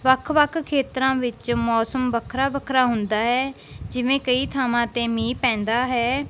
ਵੱਖ ਵੱਖ ਖੇਤਰਾਂ ਵਿੱਚ ਮੌਸਮ ਵੱਖਰਾ ਵੱਖਰਾ ਹੁੰਦਾ ਹੈ ਜਿਵੇਂ ਕਈ ਥਾਵਾਂ 'ਤੇ ਮੀਂਹ ਪੈਂਦਾ ਹੈ